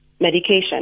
medication